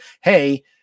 Hey